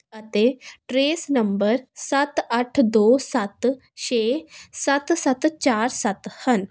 ਅਤੇ trace number ਸੱਤ ਅੱਠ ਦੋ ਸੱਤ ਛੇ ਸੱਤ ਸੱਤ ਚਾਰ ਸੱਤ ਹਨ